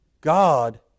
God